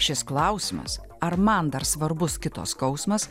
šis klausimas ar man dar svarbus kito skausmas